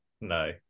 No